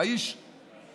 אתה איש אמין,